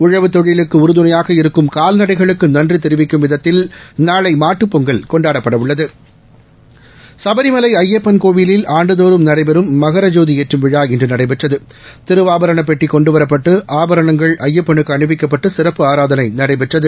உழவுத் தொழிலுக்கு உறுதுணையாக இருக்கும் கால்நடைகளுக்கு நன்றி தெரிவிக்கும் விதத்தில் நாளை மாட்டுப் பொங்கல் கொண்டாடப்படவுள்ளது சபரிமலை ஐயப்பன் கோயிலில் ஆண்டுதோறும் நடைபெறும் மகர ஜோதி ஏற்றும் விழா இன்று நடைபெற்றது திருவாபரணப் பெட்டி கொண்டுவரப்பட்டு ஆபரணங்கள் ஐயப்பனுக்கு அணிவிக்கப்பட்டு சிறப்பு ஆராதனை நடைபெற்றது